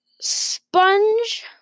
Sponge